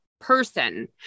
person